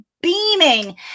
beaming